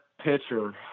pitcher